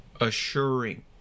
assuring